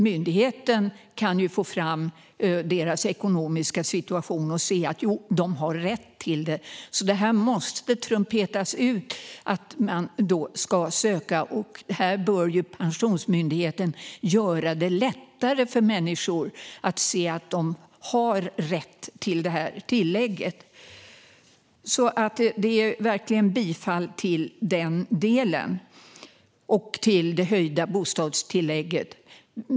Myndigheten kan nämligen få fram deras ekonomiska situation och se att de har rätt till det. Det måste därför trumpetas ut att människor ska söka bostadstillägg. Här bör Pensionsmyndigheten göra det lättare för människor att se att de har rätt till detta bostadstillägg. Jag ställer mig alltså bakom denna del och till det höjda bostadstillägget.